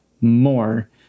more